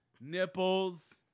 Nipples